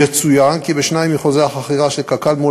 יצוין כי בשניים מחוזי החכירה של קק"ל מול